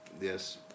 yes